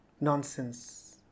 nonsense